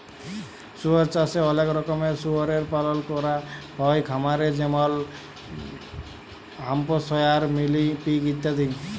শুয়র চাষে অলেক রকমের শুয়রের পালল ক্যরা হ্যয় খামারে যেমল হ্যাম্পশায়ার, মিলি পিগ ইত্যাদি